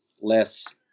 less